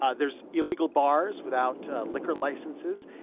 ah there's illegal bars without ah liquor licenses,